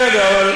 בסדר,